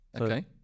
okay